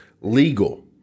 Legal